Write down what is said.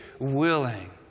willing